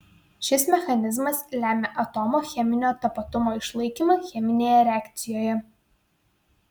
šis mechanizmas lemia atomo cheminio tapatumo išlaikymą cheminėje reakcijoje